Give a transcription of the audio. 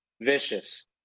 vicious